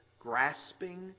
grasping